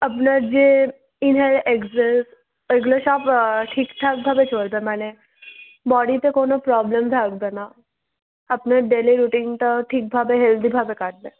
আপনার যে inhale exhale এগুলো সব ঠিক ঠাকভাবে চলবে মানে বডিতে কোনও প্রবলেম থাকবে না আপনার ডেলি রুটিনটাও ঠিকভাবে হেলদিভাবে কাটবে